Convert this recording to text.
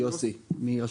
שזה